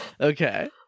Okay